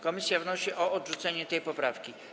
Komisja wnosi o odrzucenie tej poprawki.